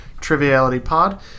TrivialityPod